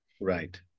Right